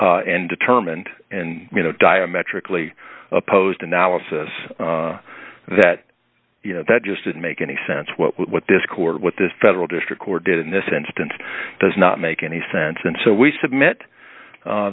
and determined and you know diametrically opposed analysis that you know that just didn't make any sense what what this court what this federal district court did in this instance does not make any sense and so we submit